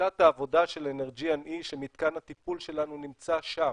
שיטת העבודה של אנרג'יאן היא שמתקן הטיפול שלנו שם,